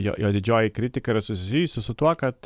jo jo didžioji kritika yra suzijusi su tuo kad